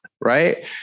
right